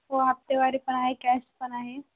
हो हप्तेवारी पण आहे कॅश पण आहे